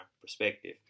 perspective